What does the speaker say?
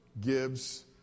gives